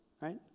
right